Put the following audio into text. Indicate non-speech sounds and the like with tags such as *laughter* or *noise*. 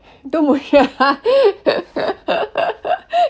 too mush~ *laughs*